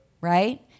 Right